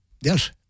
Yes